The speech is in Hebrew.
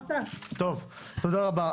טוב, תודה רבה.